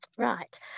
Right